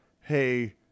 hey